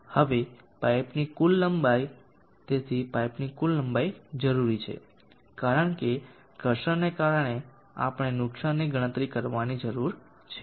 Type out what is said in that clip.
હવે પાઇપની કુલ લંબાઈ તેથી પાઇપની કુલ લંબાઈ જરૂરી છે કારણ કે ઘર્ષણને કારણે આપણે નુકસાનની ગણતરી કરવાની જરૂર છે